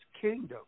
kingdom